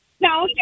No